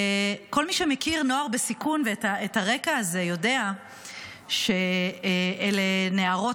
כל מי שמכיר נוער בסיכון ואת את הרקע הזה יודע שאלה נערות,